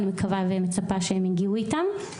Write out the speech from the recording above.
ואני מקווה ומצפה שהם הגיעו איתן.